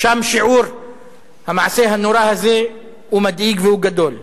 שם שיעור המעשה הנורא הזה הוא מדאיג והוא גדול,